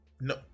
no